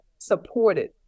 supported